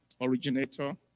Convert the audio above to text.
originator